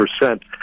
percent